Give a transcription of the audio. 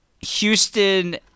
Houston